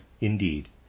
indeed